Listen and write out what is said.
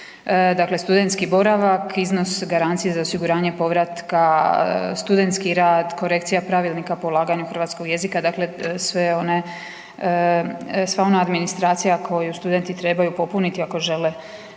Dakle, studentski boravak, iznos garancije za osiguranje povratka, studentski rad, korekcija pravilnika, polaganje hrvatskog jezika, dakle sve one, sva ona administracija koju studenti trebaju popuniti ako žele